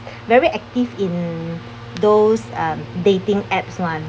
very active in those um dating apps [one]